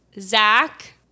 Zach